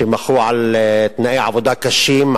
שמחו על תנאי עבודה קשים,